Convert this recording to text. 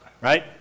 Right